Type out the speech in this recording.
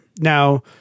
Now